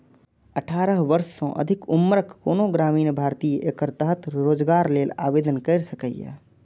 अठारह वर्ष सँ अधिक उम्रक कोनो ग्रामीण भारतीय एकर तहत रोजगार लेल आवेदन कैर सकैए